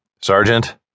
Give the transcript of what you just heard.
Sergeant